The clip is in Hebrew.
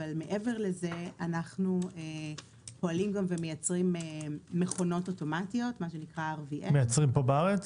אבל מעבר לזה אנחנו פועלים ומייצרים מכונות אוטומטיות -- מייצרים בארץ?